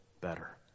better